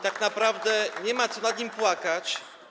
Tak naprawdę nie ma co nad nim płakać.